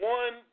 one